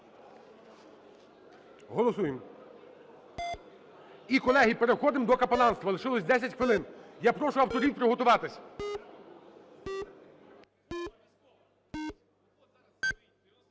Голосуємо. І, колеги, переходимо до капеланства, лишилось 10 хвилин. Я прошу авторів приготуватись.